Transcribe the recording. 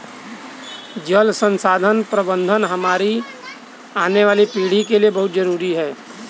जल संसाधन प्रबंधन हमारी आने वाली पीढ़ी के लिए बहुत जरूरी है